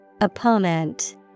Opponent